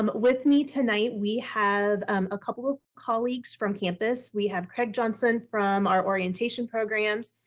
um with me tonight we have um a couple of colleagues from campus. we have craig johnson from our orientation programs,